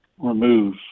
remove